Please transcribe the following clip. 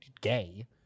gay